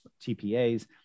TPAs